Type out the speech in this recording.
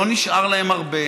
לא נשאר להם הרבה,